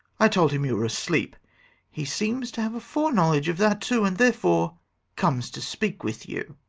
i told him you were asleep he seems to have a foreknowledge of that too, and therefore comes to speak with you.